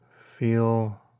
Feel